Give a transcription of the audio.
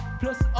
plus